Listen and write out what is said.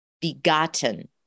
begotten